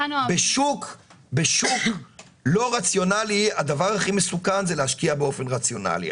בשוק לא רציונלי הדבר הכי מסוכן זה להשקיע באופן רציונלי.